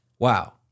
Wow